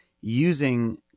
using